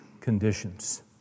conditions